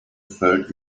felt